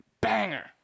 banger